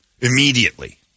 immediately